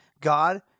God